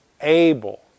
able